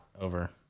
over